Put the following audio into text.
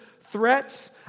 threats